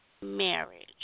marriage